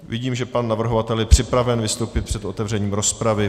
Vidím, že pan navrhovatel je připraven vystoupit před otevřením rozpravy.